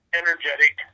energetic